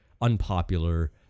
unpopular